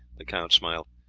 the count smiled.